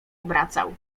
obracał